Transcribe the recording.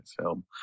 film